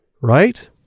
Right